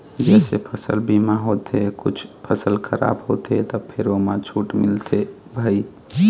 जइसे फसल बीमा होथे कुछ फसल खराब होथे त फेर ओमा छूट मिलथे भई